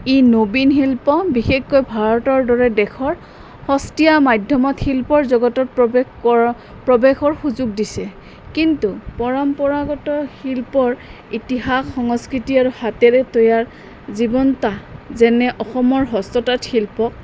ই নবীন শিল্প বিশেষকৈ ভাৰতৰ দৰে দেশৰ সস্তীয়া মাধ্যমত শিল্পৰ জগতত প্ৰৱেশ কৰ প্ৰৱেশৰ সুযোগ দিছে কিন্তু পৰম্পৰাগত শিল্পৰ ইতিহাস সংস্কৃতি আৰু হাতেৰে তৈয়াৰ জীৱনতা যেনে অসমৰ হস্ততাঁত শিল্পক